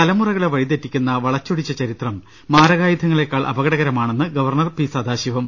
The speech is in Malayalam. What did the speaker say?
തലമുറകളെ വഴിതെറ്റിക്കുന്ന വളച്ചൊടിച്ച് ചരീത്രം മാരകാ യുധങ്ങളെക്കാൾ അപകടകരമാണെന്ന് ഗവർണർ പി സദാ ശിവം